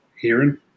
hearing